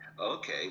Okay